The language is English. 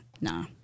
Nah